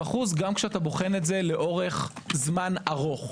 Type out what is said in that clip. גם כשאתה בוחן את זה לאורך טווח ארוך.